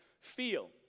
feel